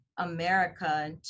America